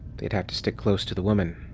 they'd have to stick close to the woman.